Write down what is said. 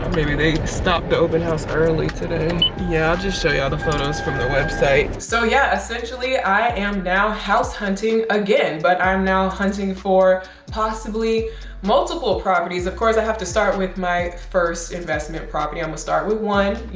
maybe they stopped house early today. yeah, i'll just show y'all the photos from the website. so yeah, essentially i am now house hunting again, but i'm now hunting for possibly multiple properties. of course i have to start with my first investment property. i'ma start with one, you